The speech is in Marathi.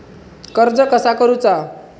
कर्ज कसा करूचा?